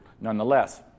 nonetheless